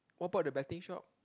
what about the betting shop